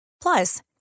Plus